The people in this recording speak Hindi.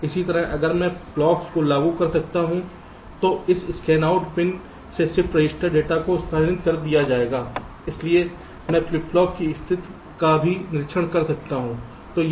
इसी तरह अगर मैं क्लॉक्स को लागू करता हूं तो इस Scanout पिन से शिफ्ट रजिस्टर डेटा को स्थानांतरित कर दिया जाएगा इसलिए मैं फ्लिप फ्लॉप की स्थिति का भी निरीक्षण कर सकता हूं